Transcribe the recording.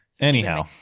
Anyhow